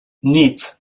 nic